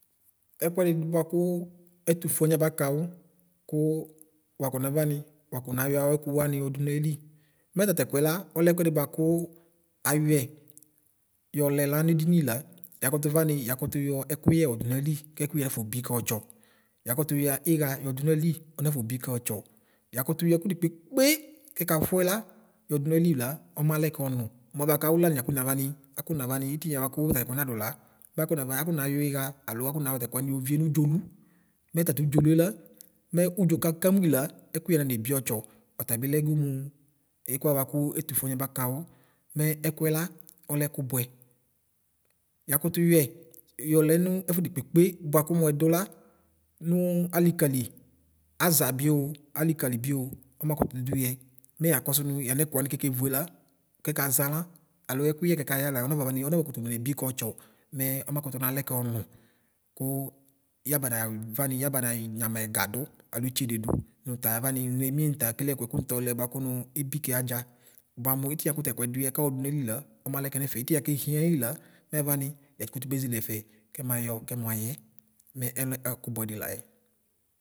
Ɛkʋedi dʋ bvakʋ ɛtʋfʋe alʋ wani abakawʋ kʋ wakɔ navani wakɔnayɔ awʋ yɔdʋ nayili mɛ tɛ kʋɛla ɔlɛ ɛkʋdi bʋakʋ ayɔɛ yɔlɛ la nedini la yakʋtʋ vami yakʋtʋ yɔ ɛkʋyɛ yɔdʋnʋ ayili kɛkoyɛ nafɔbi kɛ ɔtsɔ yakotʋ ya ɩɣa yɔdʋ uʋ ayili ɔnafɔbi kɛ ɔtsɔ yotʋtʋ yɔ ɛkʋ dekpekpe kɛkafʋɛ la yɔdʋnayila ɔmalɛkɛ ɔnʋ mʋanɛ bʋaka aωʋlani aksuavaui itiuiɛ bʋakʋ tatɛkʋɛ nadʋ la makɔna akɔnayɔ ɩɣa alo akɔnayɔ tatɛkʋ wani yovie nʋdʒʋlʋ mɛ tatʋ ʋdʒolʋe la mɛ ʋdʒo kakamʋi la ɛkʋyɛ nanebi ɔtsɔ ɔtabilɛ go mʋ ɛkʋwa bʋakʋ Ɛtʋfʋewa abakawʋ mɛ ɛkʋɛ la ɔla ɛkʋɛ la ɔla ɛkʋ bʋɛ yakʋtʋ yɔɛ yɔlɛnʋ ɛfʋ dekpekpe bʋakʋ mʋ ɛdʋ la nʋ alikali aʒa bio alikali bio ɔmakʋtʋ dʋyɛ nɛ yakɔsʋ nʋ yanɛkʋ ωani kekevue la alo ɛkuyɛp kɛka yɛ la ɔnab vani ɔnafɔnebi kɛ ɔtsɔ mɛ ɔmakʋtʋ nalɛ kɛ ɔnʋ kʋ yabaωavam yabana nyama ɛga dʋ alo ɩtsede dʋ nʋtayavani nʋ enie nʋta kele ɛkʋɛ kʋtɔlɛ bʋa kʋmʋ ebikɛ adʒa bʋamʋ itia bvakʋ tɛkʋɛ duyɛ kɔdo nayi la ɔmalɛkɛ nefɛ itiɛ kehiayi la mɛ avani mɛyakʋtʋ beʒele ɛfɛ Kɛmayɔ kɛmayɛ mɛ ɛlɛ ɛkʋ bʋɛdi layɛ.